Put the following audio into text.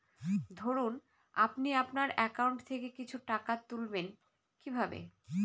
ধরুন আপনি আপনার একাউন্ট থেকে কিছু টাকা তুলবেন কিভাবে?